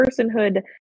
personhood